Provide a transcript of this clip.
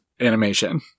animation